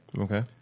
Okay